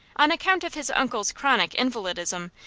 on account of his uncle's chronic invalidism,